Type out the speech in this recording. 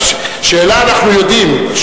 שאלה, אנחנו יודעים.